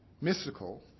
mystical